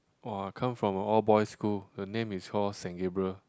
[wah] come from a all boys school the name is called Saint-Gabriel